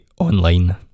online